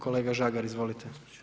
Kolega Žagar, izvolite.